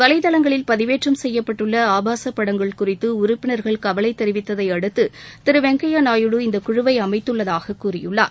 வலைதளங்களில் பதிவேற்றம் செய்யப்பட்டுள்ள ஆபாச படங்கள் குறித்து உறுப்பினர்கள் கவலை தெரிவித்ததை அடுத்து திரு வெங்கையா நாயுடு இந்த குழுவை அமத்துள்ளதாகக் கூறியுள்ளார்